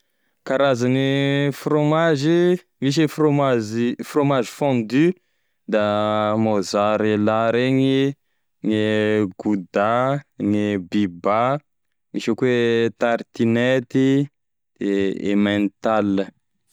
Karazane frômazy: misy e frômazy frômazy fondu, da mozzarella regny, gne gouda, gne biba, misy ao koa e tartinette de emental.